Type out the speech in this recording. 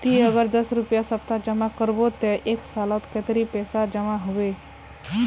ती अगर दस रुपया सप्ताह जमा करबो ते एक सालोत कतेरी पैसा जमा होबे बे?